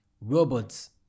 robots